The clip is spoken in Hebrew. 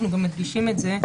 אנחנו גם מדגישים את זה,